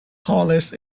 tallest